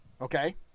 Okay